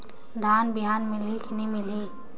धान बिहान मिलही की नी मिलही?